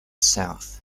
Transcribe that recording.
south